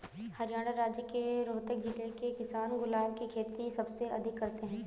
हरियाणा राज्य के रोहतक जिले के किसान गुलाब की खेती सबसे अधिक करते हैं